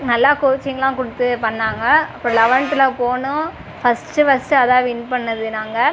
நல்லா கோச்சிங்கெலாம் கொடுத்து பண்ணாங்க அப்போ லெவத்தில் போனோம் ஃபஸ்ட்டு ஃபஸ்ட்டு அதுதான் வின் பண்ணது நாங்கள்